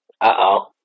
Uh-oh